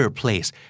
place